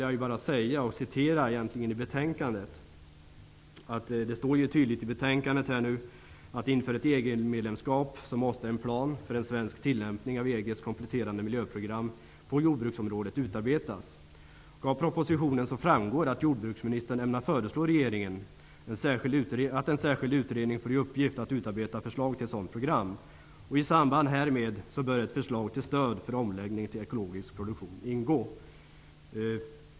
Jag vill här citera vad som står i betänkandet: ''Inför ett EG medlemskap måste en plan för en svensk tillämpning av EG:s kompletterande miljöprogram på jordbruksområdet utarbetas. Av propositionen framgår att jordbruksministern ämnar föreslå regeringen att en särskild utredning får i uppgift att utarbeta förslag till ett sådant program. I samband härmed bör ett förslag till stöd för omläggning till ekologisk produktion ingå.''